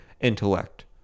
intellect